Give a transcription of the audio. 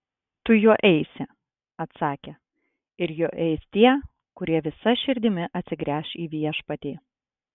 tu juo eisi atsakė ir juo eis tie kurie visa širdimi atsigręš į viešpatį